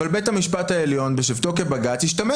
אבל בית המשפט העליון בשבתו כבג"ץ השתמש